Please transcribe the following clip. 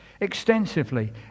extensively